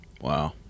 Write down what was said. Wow